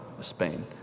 Spain